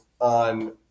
on